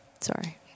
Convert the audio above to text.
Sorry